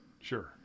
Sure